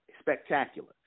spectacular